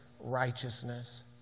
righteousness